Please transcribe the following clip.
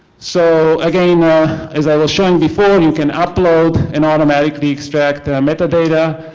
so again as i was showing before you can upload and automatically extract the meta data,